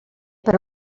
per